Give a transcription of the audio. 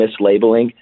mislabeling